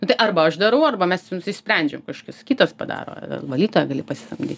nu tai arba aš darau arba mes nusisprendžiam kažkas kitas padaro valytoją gali pasisamdyt